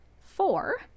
Four